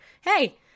Hey